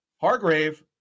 Hargrave